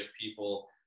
people